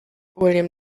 william